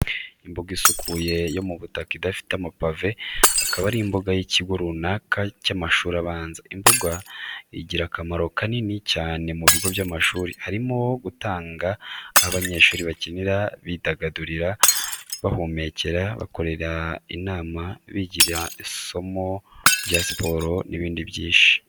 Imbuga isukuye yo mu bitaka idafite amapave, akaba ari imbuga y'ikigo runaka cy'amashuri abanza. Imbuga igira akamaro kanini cyane mu bigo by'amashuri, harimo gutanga aho abanyeshuri bakinira, bidagadurira, bahumekera, bakorera inama, bigira isomo rya siporo n'ibindi byinshi.